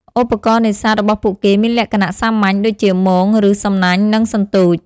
ឧបករណ៍នេសាទរបស់ពួកគេមានលក្ខណៈសាមញ្ញ ដូចជា មង ឬ សំណាញ់ និងសន្ទូច។